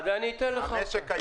אז אני אתן לך אותה.